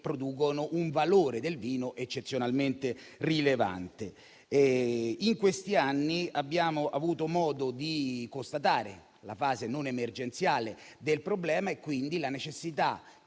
producono un valore del vino eccezionalmente rilevante. In questi anni abbiamo avuto modo di constatare la fase non emergenziale del problema e quindi la necessità